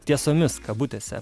tiesomis kabutėse